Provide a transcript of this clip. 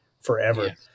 forever